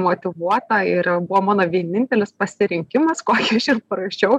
motyvuota ir buvo mano vienintelis pasirinkimas kokį aš ir parašiau